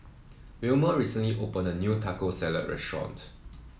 Wilmer recently opened a new Taco Salad restaurant